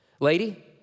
lady